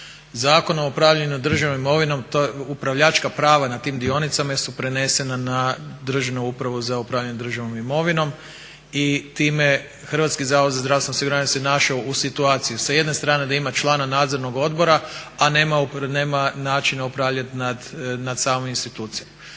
Zakonom o upravljanju državnom imovinom upravljačka prava na tim dionicama su prenesena na Državnu upravu za upravljanje državnom imovinom i time Hrvatski zavod za zdravstveno osiguranje se našao u situaciji s jedne strane da ima člana nadzornog odbora a nema načina upravljanja nad samom institucijom.